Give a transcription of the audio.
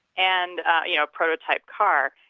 and a you know prototype car.